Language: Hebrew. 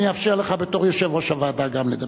אני אאפשר לך בתור יושב-ראש הוועדה גם לדבר.